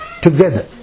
together